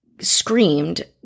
screamed